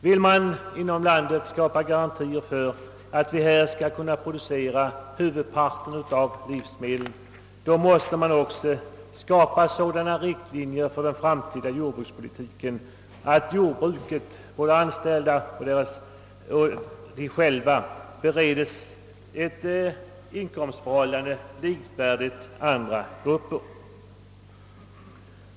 Vill vi inom landet skapa garantier för att själva kunna producera huvudparten av livsmedel, då måste vi också skapa sådana riktlinjer för den framtida jordbrukspolitiken att jordbruket och dess anställda beredes ett inkomstförhållande som är likvärdigt med andra gruppers.